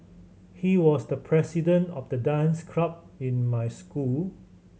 he was the president of the dance club in my school